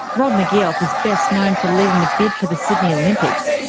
rod mcgeoch is best known for leading the bid for the sydney olympics.